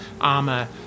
armor